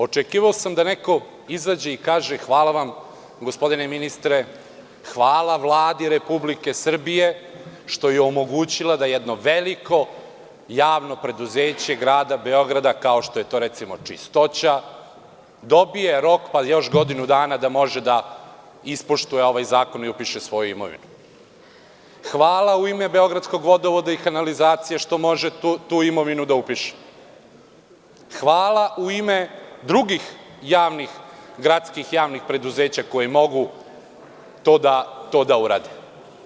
Očekivao sam da neko izađe i kaže – hvala vam, gospodine ministre, hvala Vladi Republike Srbije što je omogućila da jedno veliko javno preduzeće Grada Beograda, kao što je to, recimo, Gradska čistoća, dobije rok pa još godinu dana da može da ispoštuje ovaj zakon i upiše svoju imovinu, hvala u ime Beogradskog vodovoda i kanalizacije što može tu imovinu da upiše, hvala u ime drugih gradskih javnih preduzeća koji mogu to da urade.